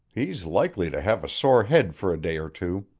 he's likely to have a sore head for a day or two.